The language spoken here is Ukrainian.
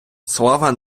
слава